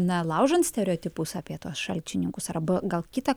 na laužant stereotipus apie tuos šalčininkus arba gal kitą